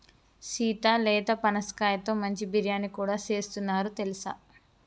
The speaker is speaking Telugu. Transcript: సీత లేత పనసకాయతో మంచి బిర్యానీ కూడా సేస్తున్నారు తెలుసా